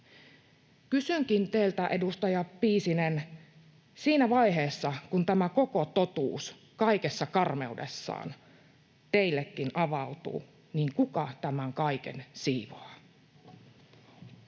Kysynkin teiltä, edustaja Piisinen: kun tämä koko totuus kaikessa karmeudessaan teillekin avautuu, kuka tämän kaiken siinä